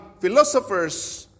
philosophers